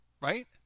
Right